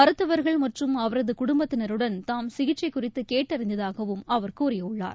மருத்துவர்கள் மற்றும் அவரது குடும்பத்தினருடன் தாம் சிகிச்சை குறித்து கேட்டறிந்ததாகவும் அவர் கூறியுள்ளார்